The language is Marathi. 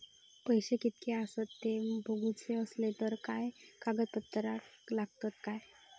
पैशे कीतके आसत ते बघुचे असले तर काय कागद पत्रा लागतात काय?